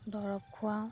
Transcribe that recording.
দৰৱ খোৱাওঁ